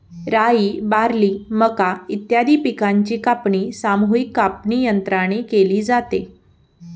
राई, बार्ली, मका इत्यादी पिकांची कापणी सामूहिक कापणीयंत्राने केली जाते